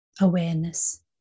awareness